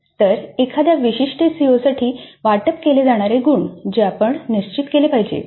तर एखाद्या विशिष्ट सीओसाठी वाटप केले जाणारे गुण जे आपण निश्चित केले पाहिजे